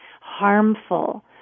harmful